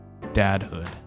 Dadhood